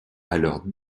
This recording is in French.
alors